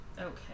Okay